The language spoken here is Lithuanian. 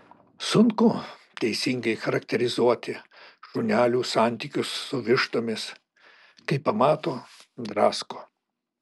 sunku teisingai charakterizuoti šunelių santykius su vištomis kai pamato drasko